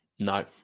No